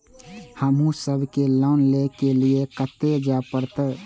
हमू सब के लोन ले के लीऐ कते जा परतें?